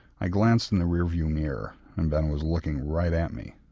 i glanced in the rear view mirror and ben was looking right at me,